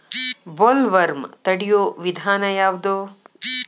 Bollworm ತಡಿಯು ವಿಧಾನ ಯಾವ್ದು?